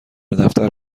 دفتر